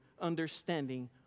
understanding